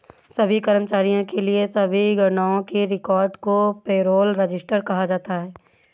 सभी कर्मचारियों के लिए सभी गणनाओं के रिकॉर्ड को पेरोल रजिस्टर कहा जाता है